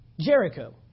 Jericho